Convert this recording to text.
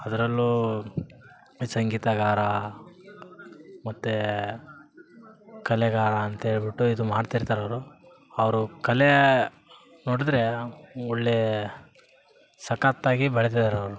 ಅದರಲ್ಲೂ ಈ ಸಂಗೀತಗಾರ ಮತ್ತು ಕಲೆಗಾರ ಅಂತೇಳಿಬಿಟ್ಟು ಇದು ಮಾಡ್ತಿರ್ತಾರೆ ಅವರು ಅವರು ಕಲೇ ನೋಡಿದರೆ ಒಳ್ಳೇ ಸಕತ್ತಾಗಿ ಬೆಳ್ದಿದಾರೆ ಅವರು